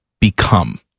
become